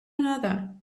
another